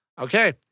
Okay